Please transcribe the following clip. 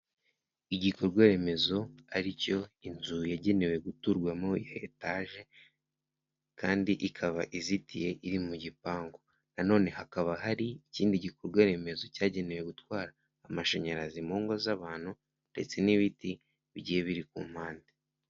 Igikorwa remezo ari cyo inzu yagenewe guturwamo ya etaje, kandi ikaba izitiye iri mu gipangu, nanone hakaba hari ikindi gikorwa remezo cyagenewe gutwara amashanyarazi mu ngo z'abantu ndetse n'ibiti bi bigiye biri ku mpande.